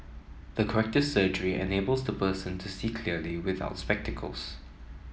the corrective surgery enables the person to see clearly without spectacles